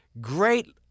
great